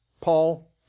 Paul